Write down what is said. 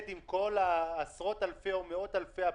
עם כל עשרות אלפי או מאות אלפי הפניות,